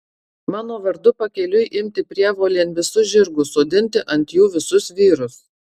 mano vardu pakeliui imti prievolėn visus žirgus sodinti ant jų visus vyrus